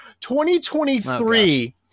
2023